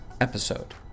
episode